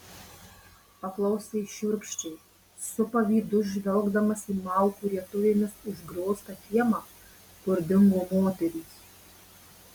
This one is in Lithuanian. paklausė šiurkščiai su pavydu žvelgdamas į malkų rietuvėmis užgrioztą kiemą kur dingo moterys